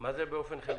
מה זה באופן חלקי?